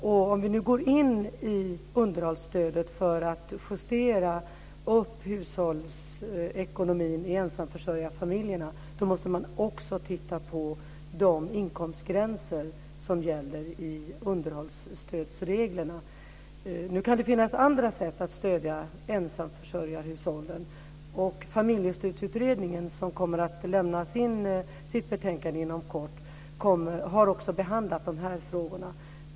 Och om vi nu går in i underhållsstödet för att justera upp hushållsekonomin i ensamförsörjarfamiljerna då måste vi också titta på de inkomstgränser som gäller i underhållsstödsreglerna. Det kan finnas andra sätt att stödja ensamförsörjarhushållen. Och Familjestödsutredningen som kommer att lämna sitt betänkande inom kort har behandlat också dessa frågor.